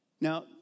Now